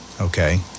Okay